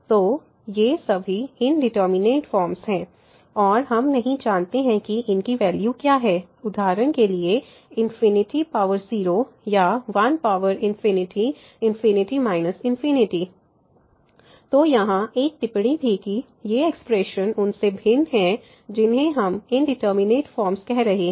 तो ये सभी इंडिटरमिनेट फॉर्म्स हैं और हम नहीं जानते कि इनकी वैल्यू क्या है उदाहरण के लिए 0 या 1 ∞∞ तो यहाँ एक टिप्पणी थी कि ये एक्सप्रेशन उनसे भिन्न हैं जिन्हें हम इंडिटरमिनेट फॉर्म्स कह रहे हैं